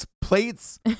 plates